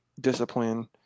discipline